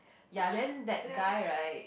ya then that guy right